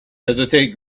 hesitate